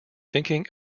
thinking